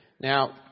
Now